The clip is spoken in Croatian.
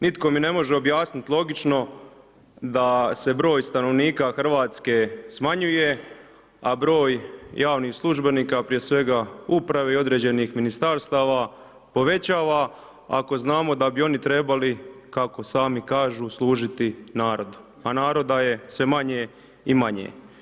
Nitko mi ne može objasniti logično da se broj stanovnika Hrvatske smanjuje, a broj javnih službenika, prije svega uprave i određenih Ministarstava, povećava, ako znamo da bi oni trebali kako sami kažu, služiti narodu, a naroda je sve manje i manje.